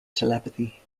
telepathy